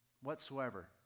whatsoever